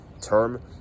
term